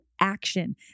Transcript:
action